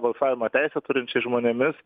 balsavimo teisę turinčiais žmonėmis